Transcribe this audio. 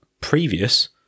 previous